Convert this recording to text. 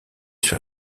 sur